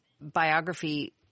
biography